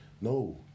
no